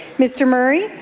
mr. murray,